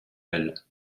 elle